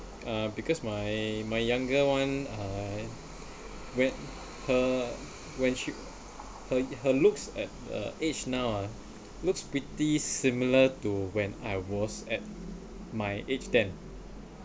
uh because my my younger [one] uh when her when she her her looks at a age now ah looks pretty similar to when I was at my age then